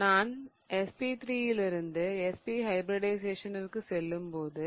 நான் sp3 இலிருந்து sp ஹைபிரிடிஷயேசனிற்கு செல்லும்போது